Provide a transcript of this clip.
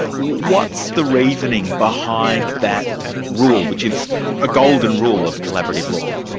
what's the reasoning behind that rule, which is a golden rule of collaborative law?